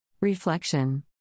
Reflection